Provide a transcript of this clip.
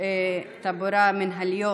הצעת חוק הפרות תעבורה מינהליות,